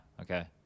Okay